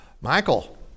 Michael